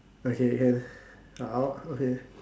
okay can ah okay